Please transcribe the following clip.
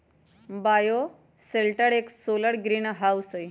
bioshelter एक solar greenhouse हई